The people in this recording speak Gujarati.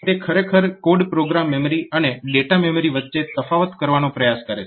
તે ખરેખર કોડ પ્રોગ્રામ મેમરી અને ડેટા મેમરી વચ્ચે તફાવત કરવાનો પ્રયાસ કરે છે